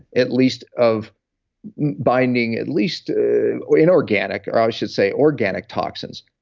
at least of binding at least inorganic, or i should say organic toxins.